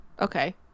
Okay